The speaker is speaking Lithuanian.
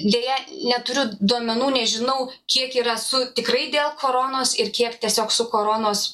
deja neturiu duomenų nežinau kiek yra su tikrai dėl kronos ir kiek tiesiog su koronos